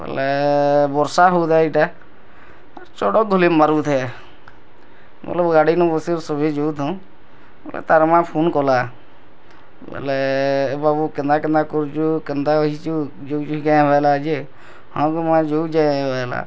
ବୋଇଲେ ବର୍ଷା ହଉଥାଇ ଏଇଟା ଚଡ଼କ ଘୋଲି ମାରୁଥାଏ ବୋଲେ ଗାଡ଼ି ନ ବସିକିରି ସଭିଏ ଯୁଉଥୁଉଁ ବୋଲେ ତାର୍ ମା ଫୋନ୍ କଲା ବୋଇଲେ ଏ ବାବୁ କେନ୍ତା କେନ୍ତା କରୁଛୁ କେନ୍ତା ରହୁଛୁ ଯେ ହଁ ଗୋ ମା ଯୁଉଛେ ବୋଇଲା